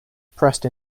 pressed